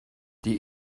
die